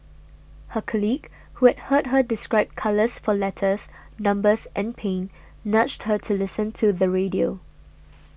her colleague who had heard her describe colours for letters numbers and pain nudged her to listen to the radio